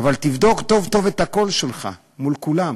אבל תבדוק טוב-טוב את הקול שלך מול כולם.